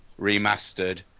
remastered